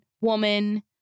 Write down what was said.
woman